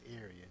area